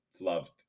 loved